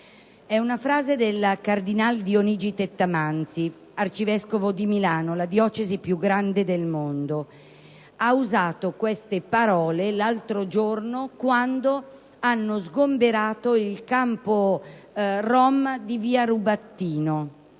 È una frase del cardinale Dionigi Tettamanzi, arcivescovo di Milano (la diocesi più grande del mondo). Egli ha usato queste parole l'altro giorno, quando è stato sgombrato il campo rom di via Rubattino.